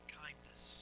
kindness